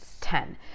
Ten